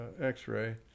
x-ray